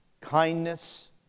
kindness